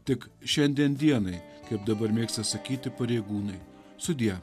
tik šiandien dienai kaip dabar mėgsta sakyti pareigūnai sudie